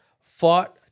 fought